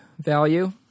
value